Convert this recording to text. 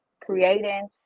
creating